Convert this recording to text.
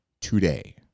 today